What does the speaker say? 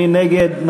מי נגד?